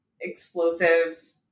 explosive